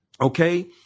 Okay